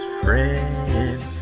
friend